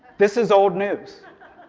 this is old news.